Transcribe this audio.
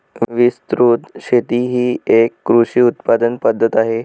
विस्तृत शेती ही एक कृषी उत्पादन पद्धत आहे